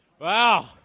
wow